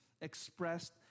expressed